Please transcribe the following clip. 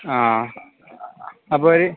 ആ അപ്പമൊരു